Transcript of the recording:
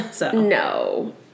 No